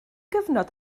gyfnod